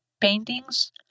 paintings